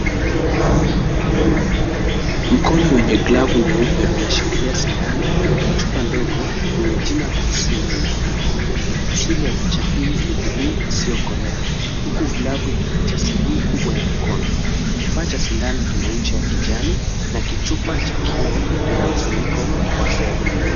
Mkono wenye glavu nyeupe unashikilia sindano na chupa ndogo yenye jina vaccine imeandikwa . Asili ya picha hii ni bluu isiyokolea huku glavu ikificha sehemu kubwa ya mkono. Kifaa cha sindano kina ncha ya kijani na kichupa cha kioo kina mfuniko wa fedha.